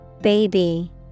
Baby